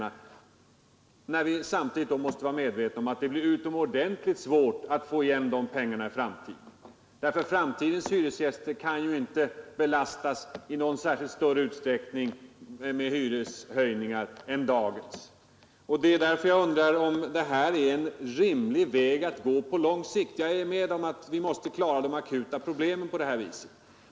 Vi är ju samtidigt medvetna om att det blir utomordentligt svårt att få tillbaka de pengarna i framtiden. Framtidens hyresgäster kan inte i större utsträckning än dagens studenter belastas med hyreshöjningar. Jag ifrågasätter om detta är en rimlig väg att gå på sikt. Att vi måste klara de akuta problemen på det här sättet kan jag hålla med om.